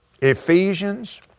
Ephesians